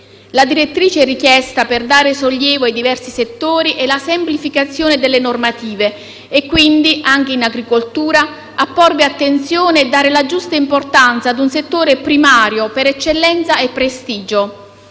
La direttrice richiesta per dare sollievo ai diversi settori è la semplificazione delle normative e quindi, anche in agricoltura, è necessario porre attenzione e dare la giusta importanza a un settore primario per eccellenza e prestigio.